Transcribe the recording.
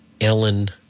Ellen